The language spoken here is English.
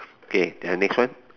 okay then next one